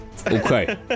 okay